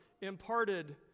imparted